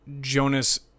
Jonas